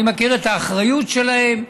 אני מכיר את האחריות שלהם,